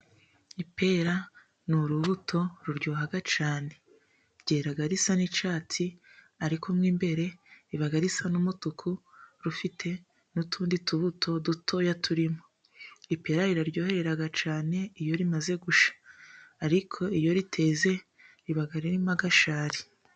Ipera ni urubuto ruryoha cyane, ryera risa n'icyatsi, ariko mo imbere riba risa n'umutuku, rifite n'utundi tubuto dutoya turimo. Ipera ri raryohera cyane iyo rimaze guhisha, ariko iyo riteze riba ririmo agashari.